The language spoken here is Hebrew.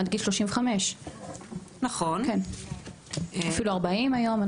עד גיל 35. אפילו ארבעים היום.